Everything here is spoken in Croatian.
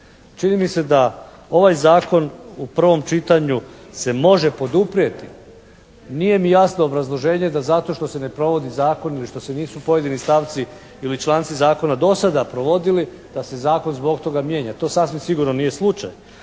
Čini mi se da ovaj zakon u prvom čitanju se može poduprijeti. Nije mi jasno obrazloženje da zato što se ne provodi zakon ili što se nisu pojedini stavci ili članci zakona do sada provodili da se zakon zbog toga mijenja. To sasvim sigurno nije slučaj.